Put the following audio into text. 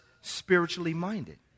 spiritually-minded